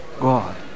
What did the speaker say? God